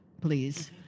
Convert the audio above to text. please